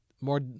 more